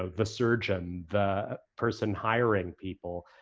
ah the surgeon, the person hiring people,